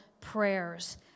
prayers